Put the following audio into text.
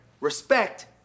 Respect